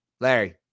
Larry